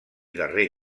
darrer